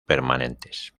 permanentes